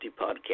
Podcast